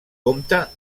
compta